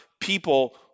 people